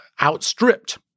outstripped